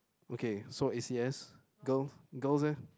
okay so A_C_S girl girls leh